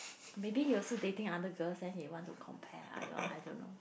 maybe he also dating other girls eh he want to compare I don't I don't know